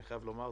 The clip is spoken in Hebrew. אני חייב לומר,